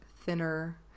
thinner